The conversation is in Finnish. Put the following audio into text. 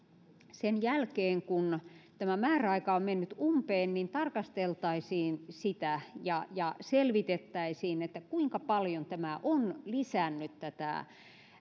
sen jälkeen kun tämä määräaika on mennyt umpeen tätä tarkasteltaisiin ja ja selvitettäisiin kuinka paljon tämä on lisännyt